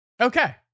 Okay